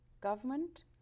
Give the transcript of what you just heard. government